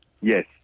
Yes